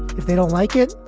if they don't like it,